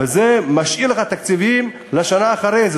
וזה משאיר לך תקציבים לשנה אחרי זה,